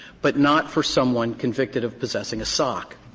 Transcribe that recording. but not for someone convicted of possessing a sock.